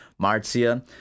Marcia